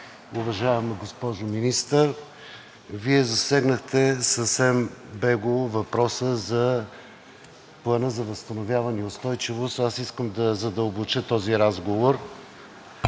Уважаема госпожо Министър, Вие засегнахте съвсем бегло въпроса за Плана за възстановяване и устойчивост. Аз искам да задълбоча този разговор,